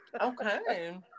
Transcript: Okay